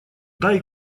дай